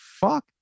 fuck